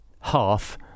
half